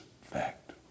fact